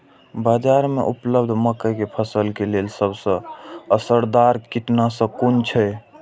बाज़ार में उपलब्ध मके के फसल के लेल सबसे असरदार कीटनाशक कुन छै?